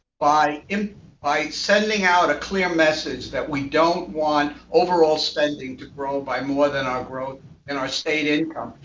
by um by sending out a clear message that we don't want overall spending to grow by more than our growth and our state income.